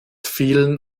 vielen